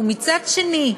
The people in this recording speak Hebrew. ומצד שני,